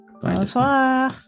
Bonsoir